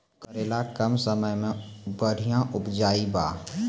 करेला कम समय मे बढ़िया उपजाई बा?